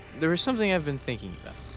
there is something i've been thinking